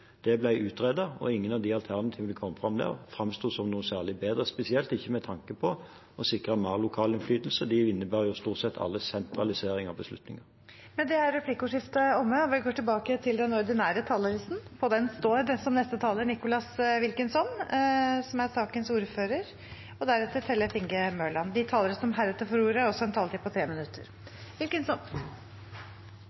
Det ble utredet, og ingen av de alternativene som kom fram der, framsto som noe særlig bedre, spesielt ikke med tanke på å sikre mer lokal innflytelse. De ville innebære, stort sett alle, sentralisering av beslutninger. Replikkordskiftet er omme. De talerne som heretter får ordet, har også en taletid på inntil 3 minutter. Vi har hatt store problemer med nye sykehusbygg, som